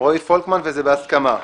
רועי פולקמן וזה בהסכמה.